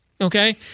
Okay